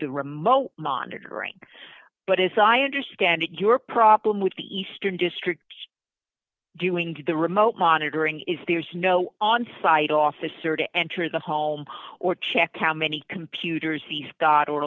the remote monitoring but as i understand it your problem with the eastern district doing the remote monitoring is there's no onsite officer to enter the home d or check out many computers he's got or